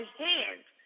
hands